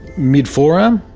mid forearm.